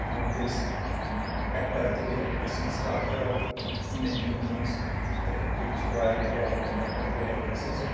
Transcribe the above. وۄنۍ اگر أسۍ اٮ۪کٹر تہٕ بیٚیہِ اٮ۪کٹریسن ۂنٛز کتھ کرو اِنڈٮ۪ن فلمن منٛز تہٕ ییٚتہِ چھِ واریاہ ٹیلینٹِڈ اٮ۪کٹر تہٕ اٮ۪کٹریسِز